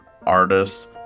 artists